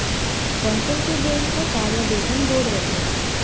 पौंसुल के बेंट म चार या दू ठन गोड़ रथे